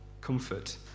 comfort